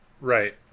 Right